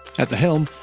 at the helm,